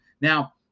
Now